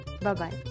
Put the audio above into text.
Bye-bye